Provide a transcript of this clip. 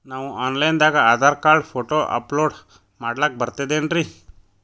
ನಾವು online ದಾಗ Aadhaar card, photo upload ಮಾಡ್ಲಕ ಬರ್ತದೇನ್ರಿ?